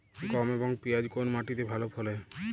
গম এবং পিয়াজ কোন মাটি তে ভালো ফলে?